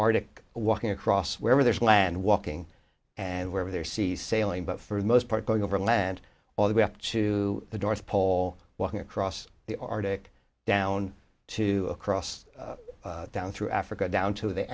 arctic walking across wherever there's land walking and wherever there see sailing but for the most part going over land all the way up to the north pole walking across the arctic down to cross down through africa down to the